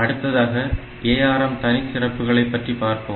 அடுத்ததாக ARM இன் தனிச் சிறப்புகளை பற்றி பார்ப்போம்